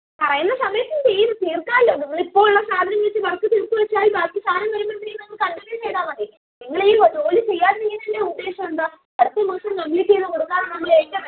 ആകുന്ന സമയത്ത് തി തീർക്കാലോ നിങ്ങൾ ഇപ്പോൾ ഉള്ള സാധനം വെച്ച് വർക്ക് തീർത്ത് വെച്ചാൽ ബാക്കി സാധനം കഴിയുമ്പോഴത്തേക്കും നിങ്ങൾ കണ്ടിന്യൂ ചെയ്താൽ മതി നിങ്ങളീ ജോലി ചെയ്യാതിരിക്കുന്നതിന്റെ ഉദ്ധേശം എന്താ പത്ത് ദിവസം നമ്മൾ കംപ്ലീറ്റ് ചെയ്തുകൊടുക്കാമെന്ന് നമ്മൾ ഏറ്റതല്ലേ